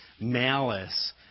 Malice